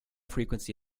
frequency